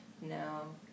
No